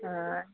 ஆ